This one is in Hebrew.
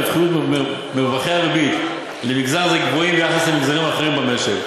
הרווחיות ומרווחי הריבית למגזר זה גבוהים ביחס למגזרים האחרים במשק,